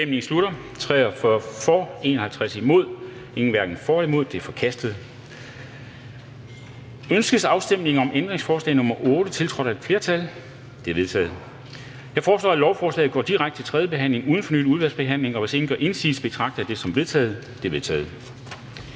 afstemning. Kl. 10:21 Afstemning Formanden (Henrik Dam Kristensen): Ønskes afstemning om ændringsforslag nr. 1, tiltrådt af udvalget? Det er vedtaget. Jeg foreslår, at lovforslaget går direkte til tredje behandling uden fornyet udvalgsbehandling. Og hvis ingen gør indsigelse, betragter jeg det som vedtaget. Det er vedtaget.